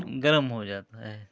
गर्म हो जाता है